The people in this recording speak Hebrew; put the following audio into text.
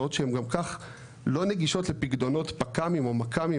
שהן גם ככה לא נגישות לפיקדונות פק"מים או מכמים,